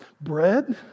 Bread